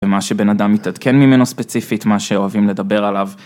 ומה שבן אדם מתעדכן ממנו ספציפית, מה שאוהבים לדבר עליו.